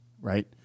Right